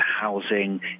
housing